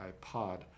iPod